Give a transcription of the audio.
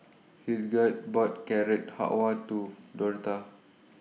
Hildegarde bought Carrot Halwa to Dorotha